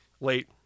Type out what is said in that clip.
late